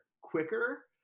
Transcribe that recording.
quicker